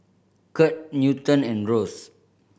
Kirt Newton and Rose